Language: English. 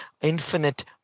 infinite